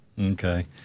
Okay